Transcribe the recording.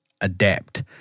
adapt